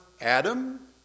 Adam